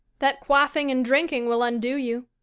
that quaffing and drinking will undo you.